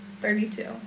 Thirty-two